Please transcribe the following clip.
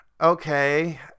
okay